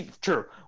true